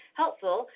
helpful